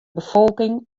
befolking